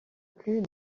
plus